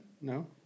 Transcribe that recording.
No